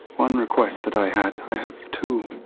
one request that i had, i have two,